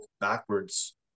backwards